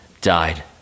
died